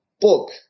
book